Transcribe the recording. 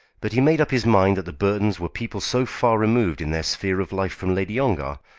but he made up his mind that the burtons were people so far removed in their sphere of life from lady ongar,